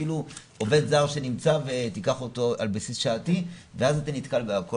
כאילו עובד זר שנמצא ותיקח אותו על בסיס שעתי ואז אתה נתקל בהכל,